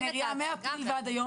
נסביר במבט על,